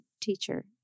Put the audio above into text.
teacher